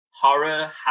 horror